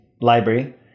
library